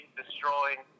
destroying